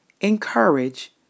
encourage